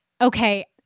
okay